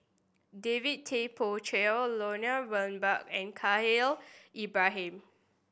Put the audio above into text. David Tay Poey Cher Lloyd Valberg and Khalil Ibrahim